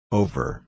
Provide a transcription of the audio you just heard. over